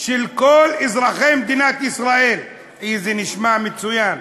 של כל אזרחי מדינת ישראל, זה נשמע מצוין,